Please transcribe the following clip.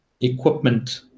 equipment